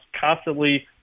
constantly